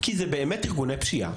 כי אלה באמת אירגוני פשיעה,